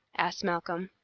asked malcolm.